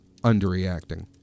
underreacting